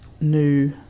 new